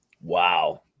Wow